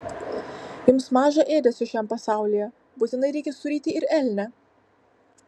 jums maža ėdesio šiam pasaulyje būtinai reikia suryti ir elnią